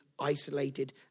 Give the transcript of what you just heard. isolated